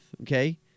okay